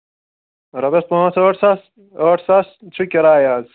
رۄپیس پانٛژھ ٲٹھ ساس ٲٹھ ساس چھُ کِراے آز